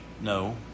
No